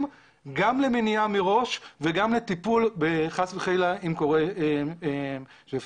גם למניע מראש וגם לטיפול בחס וחלילה אם קורה שפך,